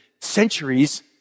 centuries